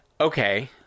okay